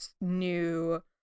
new